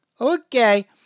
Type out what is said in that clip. okay